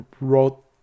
wrote